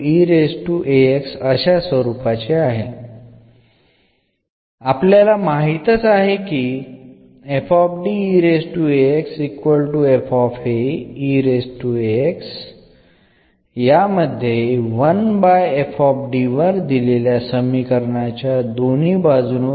ഉദാഹരണത്തിന് നമുക്ക് എന്ന ഡിഫറൻഷ്യൽ സമവാക്യം ഉണ്ട്